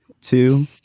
two